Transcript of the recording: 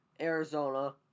Arizona